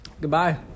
Goodbye